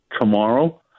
tomorrow